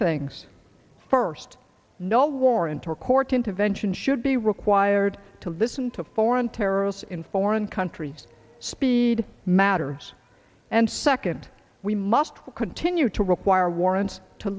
things first no warrant or court intervention should be required to listen to foreign terrorists in foreign countries speed matters and second we must continue to require warrants to